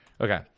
Okay